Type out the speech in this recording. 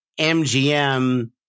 MGM